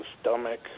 stomach